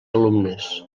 alumnes